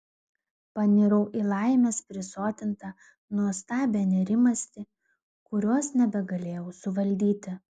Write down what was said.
panirau į laimės prisotintą nuostabią nerimastį kurios nebegalėjau suvaldyti